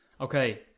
Okay